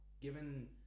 Given